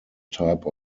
type